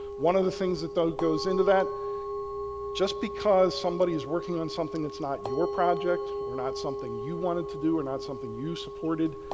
one of the things that that goes into that just because somebody is working on something that's not your project and not something you wanted to do or not something you supported,